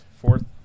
fourth